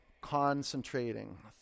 concentrating